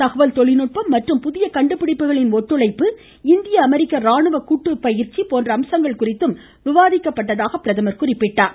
தகவல்தொழில்நுட்பம் மற்றும் புதிய கண்டுபிடிப்புகளின் ஒத்துழைப்பு இந்திய அமெரிக்க ராணுவ கூட்டுப்பயிற்சி போன்ற அம்சங்கள் குறித்தும் விவாதிக்கப்பட்டதாக அவர் தெரிவித்தார்